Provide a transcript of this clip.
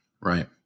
Right